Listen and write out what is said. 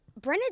Brenna